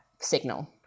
signal